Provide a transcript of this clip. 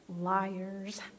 Liars